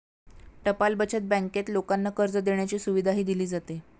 टपाल बचत बँकेत लोकांना कर्ज देण्याची सुविधाही दिली जाते